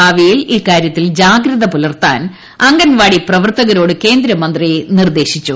ഭാവിയിൽ ഇക്കാര്യത്തിൽ ജാഗ്രത്യ പ്പുലർത്താൻ അംഗൻവാടി പ്രവർത്തകരോട് കേന്ദ്രമന്ത്രി നിർദ്ദേശിച്ചു